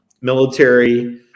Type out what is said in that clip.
military